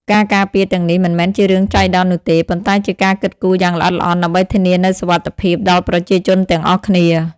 ការការពារទាំងនេះមិនមែនជារឿងចៃដន្យនោះទេ ប៉ុន្តែជាការគិតគូរយ៉ាងល្អិតល្អន់ដើម្បីធានានូវសុវត្ថិភាពដល់ប្រជាជនទាំងអស់គ្នា។